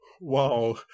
wow